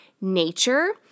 nature